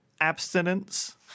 Abstinence